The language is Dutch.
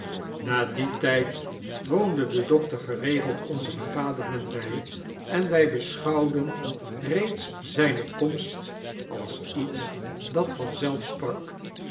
na dien tyd woonde de dokter geregeld onze vergaderingen bij en wy beschouwden reeds zyne komst als iets'dat vanzelf sprak